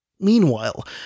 Meanwhile